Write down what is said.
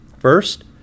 First